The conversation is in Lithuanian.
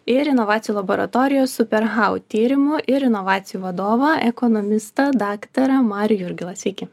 ir inovacijų laboratorijos super hau tyrimų ir inovacijų vadovą ekonomistą daktarą marių jurgilą sveiki